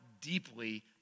deeply